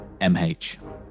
MH